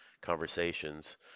conversations